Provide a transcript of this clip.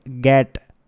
get